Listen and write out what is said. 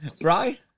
Right